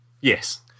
Yes